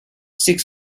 six